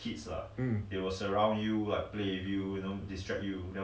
hmm